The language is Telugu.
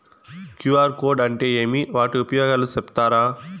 క్యు.ఆర్ కోడ్ అంటే ఏమి వాటి ఉపయోగాలు సెప్తారా?